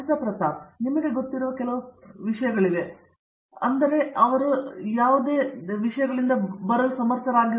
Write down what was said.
ಪ್ರತಾಪ್ ಹರಿಡೋಸ್ ಆದ್ದರಿಂದ ನಿಮಗೆ ಗೊತ್ತಿರುವ ಕೆಲವು ಸಮವಸ್ತ್ರಗಳಿವೆ ಮತ್ತು ಅವರು ಅಲ್ಲಿಗೆ ಬರುತ್ತಾರೆ ಮತ್ತು ನಂತರ ಅಲ್ಲಿಂದ ಅವರು ಸಮರ್ಥರಾಗಿದ್ದಾರೆ